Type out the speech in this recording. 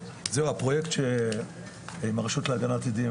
הפרוייקט עם הרשות להגנת עדים,